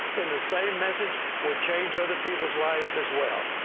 then the same message would change other people's lives as well.